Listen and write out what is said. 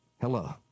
Hello